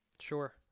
sure